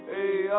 Hey